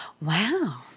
Wow